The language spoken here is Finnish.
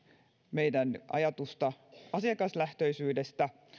meidän ajatustamme asiakaslähtöisyydestä